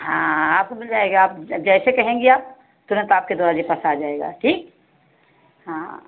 हाँ आपको मिल जाएगा आप ज जैसे कहेंगी आप तुरंत आपके दरवाज़े के पास आ जाएगा ठीक हाँ